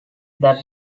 that